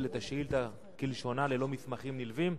את השאילתא כלשונה ללא מסמכים נלווים,